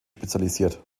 spezialisiert